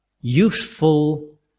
useful